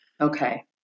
Okay